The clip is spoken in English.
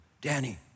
Danny